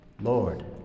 Lord